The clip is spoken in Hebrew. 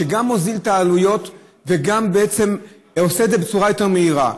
שגם מוזיל את העלויות וגם בעצם עושה את זה בצורה יותר מהירה.